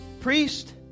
priest